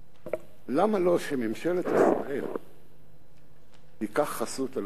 למה לא תיקח ממשלת ישראל חסות על העניין?